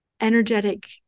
energetic